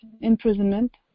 imprisonment